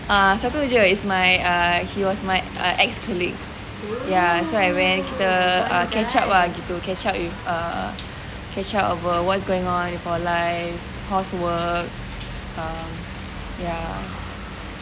uh satu jer err he was my err ex colleague ya so I went the ya catch up ah catch up err catch up with what's going on with our lives how's work ya